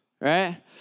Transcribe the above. right